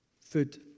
food